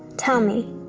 tell me,